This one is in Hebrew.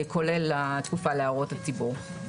כולל התקופה להערות הציבור.